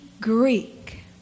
Greek